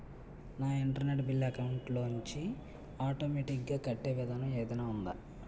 నా internet bill account లోంచి automatic గా కట్టే విధానం ఏదైనా ఉందా?